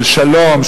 של שלום,